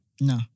No